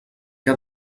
què